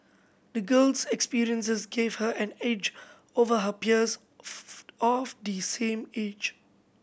the girl's experiences gave her an edge over her peers of the same age